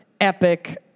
epic